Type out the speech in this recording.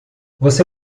você